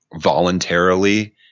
voluntarily